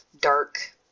dark